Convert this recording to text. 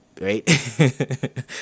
right